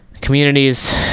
communities